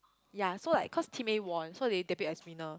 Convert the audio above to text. ya so like cause team A won so they debut it as winner